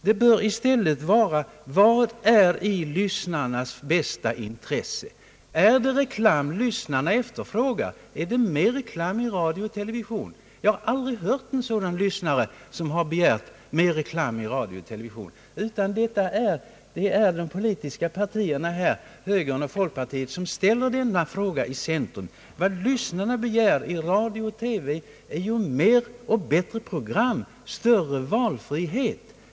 Man bör i stället fråga: Vad är i lyssnarnas bästa intresse? Är det mer reklam i radio och television som lyssnarna efterfrågar? Jag har aldrig hört någon lyssnare begära mer reklam i radio och TV. Det är de politiska partierna, högern och folkpartiet, som ställer denna fråga i centrum. Vad lyssnarna begär av radio och TV är mer och bättre program, större valfrihet.